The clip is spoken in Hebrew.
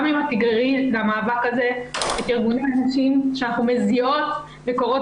גם אם את תגררי למאבק הזה את ארגוני הנשים שאנחנו גאות ורואות